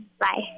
Bye